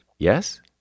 Yes